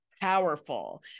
powerful